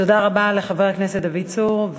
תודה רבה לחבר הכנסת דוד צור,